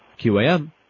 QAM